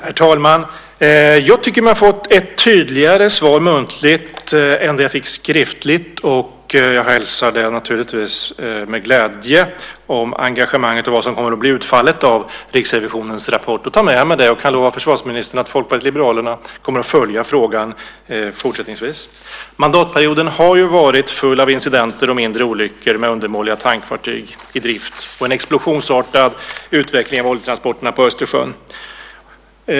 Herr talman! Jag tycker mig ha fått ett tydligare svar muntligt än det som jag fick skriftligt. Jag hälsar naturligtvis engagemanget och vad som kommer att bli utfallet av Riksrevisionens rapport med glädje och tar det med mig. Jag kan lova försvarsministern att Folkpartiet liberalerna även fortsättningsvis kommer att följa frågan. Mandatperioden har ju varit full av incidenter och mindre olyckor med undermåliga tankfartyg i drift samt en explosionsartad utveckling av oljetransporterna på Östersjön.